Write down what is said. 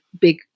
big